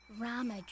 Rama